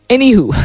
Anywho